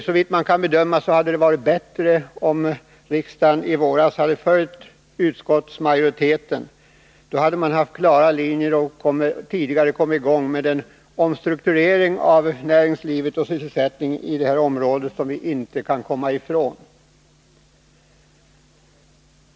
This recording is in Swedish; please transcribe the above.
Såvitt man kan bedöma hade det varit bättre om riksdagen i våras hade följt utskottsmajoritetens förslag. Då hade man haft klara linjer och tidigare kommit i gång med den omstrukturering av näringslivet och sysselsättningen i det här området som man inte kan komma ifrån.